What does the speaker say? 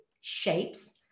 shapes